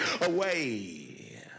away